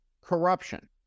corruption